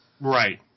Right